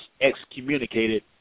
excommunicated